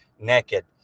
naked